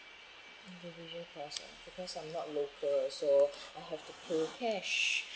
individual cost ah because I'm not local so I have to pay cash